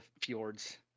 fjords